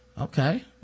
Okay